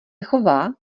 chová